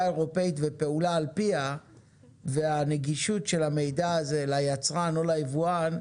אירופית ופעולה על פיה והנגישות של המידע הזה ליצרן או ליבואן,